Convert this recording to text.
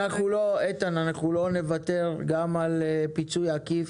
איתן, אנחנו לא נוותר גם על פיצוי עקיף,